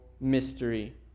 mystery